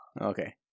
Okay